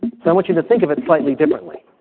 so i want you to think of it slightly differently.